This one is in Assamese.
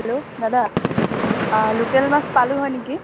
হেল্ল' দাদা লোকেল মাছ পালোঁ হয় নিকি